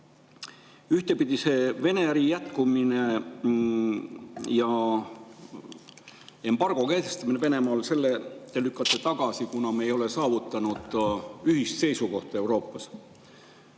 Ühtpidi Venemaaga äri jätkumise ja embargo kehtestamise Venemaale te lükkate tagasi, kuna me ei ole saavutanud ühist seisukohta Euroopas.